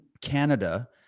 Canada